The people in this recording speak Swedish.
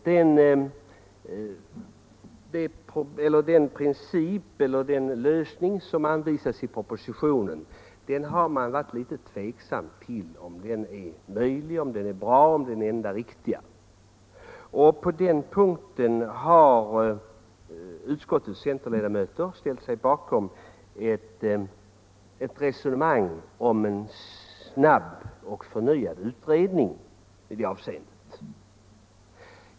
Centerledamöterna har ställt sig en smula tveksamma inför huruvida den lösning som anvisas i propositionen är genomförbar och den enda riktiga. Utskottets centerledamöter har på den punkten ställt sig bakom ett krav på en förnyad utredning, som bör genomföras snabbt.